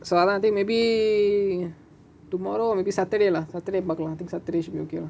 so அதா:atha I think maybe tomorrow or maybe saturday lah saturday பாக்களா:paakalaa I think saturday should be okay lah